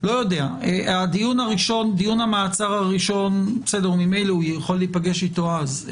דיון המעצר הראשון - הוא ממילא יכול להיפגש איתו אז.